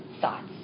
thoughts